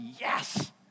yes